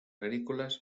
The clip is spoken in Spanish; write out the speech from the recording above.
agrícolas